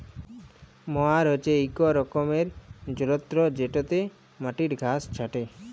ময়ার হছে ইক রকমের যল্তর যেটতে মাটির ঘাঁস ছাঁটে